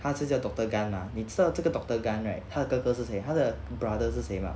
他是叫 doctor gan mah 你知道这个 doctor gan right 他哥哥是谁他的 brother 是谁吗